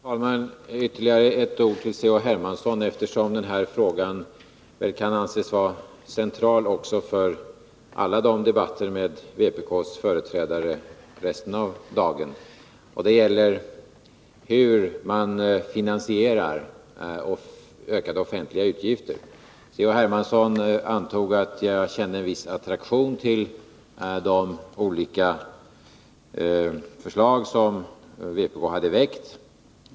Herr talman! Ytterligare några ord till Carl-Henrik Hermansson, eftersom denna fråga kan anses vara central för samtliga debatter med vänsterpartiet kommunisternas företrädare under resten av dagen. Det gäller hur man finansierar ökade offentliga utgifter. Carl-Henrik Hermansson antog att jag kände en viss attraktion till de olika förslag som vpk har lagt fram.